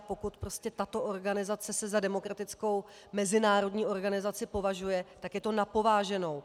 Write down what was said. Pokud tato organizace se za demokratickou mezinárodní organizaci považuje, tak je to na pováženou.